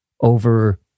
over